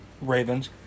Ravens